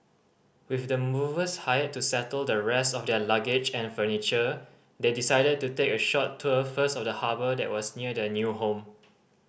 with the movers hired to settle the rest of their luggage and furniture they decided to take a short tour first of the harbour that was near their new home